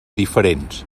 diferents